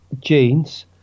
genes